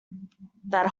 that